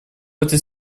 этой